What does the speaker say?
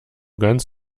ganz